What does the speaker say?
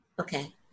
Okay